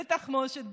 בלי תחמושת,